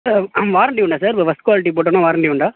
sir warranty உண்டா sir இப்போ first quality போட்டோமென்னா வாரண்டி உண்டா